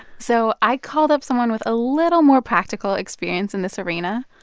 so i called up someone with a little more practical experience in this arena.